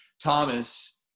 Thomas